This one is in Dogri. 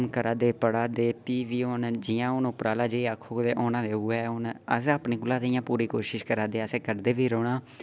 कम्म करादे पढ़ा दे फ्ही बी उन जि'यां हुन उप्पर आह्ला जियां आखग होना ते उऐ गै असें अपने कोला ते इयां पूरी कोशश करादे अस करदे बी रौह्ना